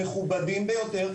מכובדים ביותר,